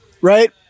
right